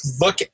look